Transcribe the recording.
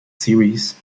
series